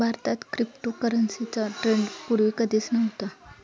भारतात क्रिप्टोकरन्सीचा ट्रेंड पूर्वी कधीच नव्हता